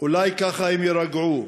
אולי ככה הם יירגעו,